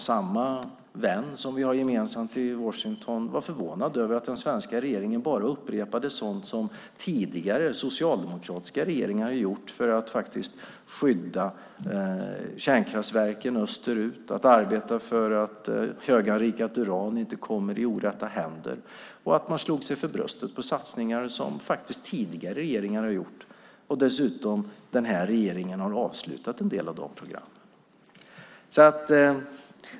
Samma gemensamma vän i Washington var förvånad över att den svenska regeringen bara upprepade sådant som tidigare socialdemokratiska regeringar hade gjort för att faktiskt skydda kärnkraftverken österut, arbeta för att höganrikat uran inte kommer i orätta händer och att man slog sig för bröstet för satsningar som faktiskt tidigare regeringar har gjort, varav en del program dessutom har avslutats av den här regeringen.